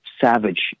savage